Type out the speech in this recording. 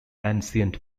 ancient